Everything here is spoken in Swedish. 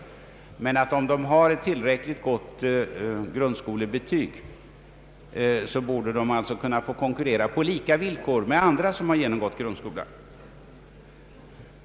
Om de emellertid har ett tillräckligt gott grundskolebetyg borde de kunna få konkurrera på lika villkor med andra som har genomgått grundskolan.